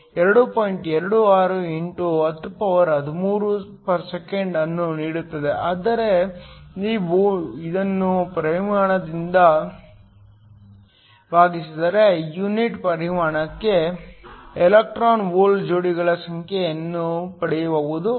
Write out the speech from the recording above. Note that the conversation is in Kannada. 26 x 1013 S 1 ಅನ್ನು ನೀಡುತ್ತದೆ ನೀವು ಇದನ್ನು ಪರಿಮಾಣದಿಂದ ಭಾಗಿಸಿದರೆ ಯೂನಿಟ್ ಪರಿಮಾಣಕ್ಕೆ ಎಲೆಕ್ಟ್ರಾನ್ ಹೋಲ್ ಜೋಡಿಗಳ ಸಂಖ್ಯೆಯನ್ನು ಪಡೆಯಬಹುದು